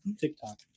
TikTok